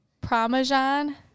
Parmesan